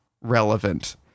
relevant